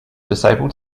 disabled